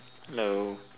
hello